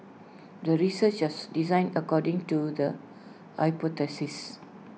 the research was designed according to the hypothesis